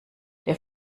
der